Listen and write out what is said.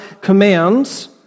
commands